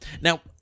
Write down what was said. Now